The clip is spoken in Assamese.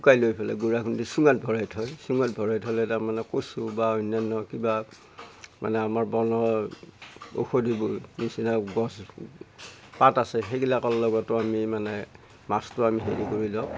শুকাই লৈ পেলাই গুৰা খুন্দি চুঙাত ভৰাই থয় চুঙাত ভৰাই থ'লে তাৰ মানে কচু বা অন্যান্য কিবা মানে আমাৰ বনৰ ঔষধিবোৰ নিচিনা গছ পাত আছে সেইগিলাকৰ লগতো আমি মানে মাছটো আমি হেৰি কৰি লওঁ